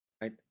right